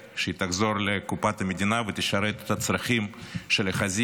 תחזור לקופת המדינה ותשרת את הצרכים של החזית והעורף,